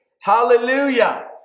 Hallelujah